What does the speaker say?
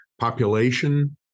population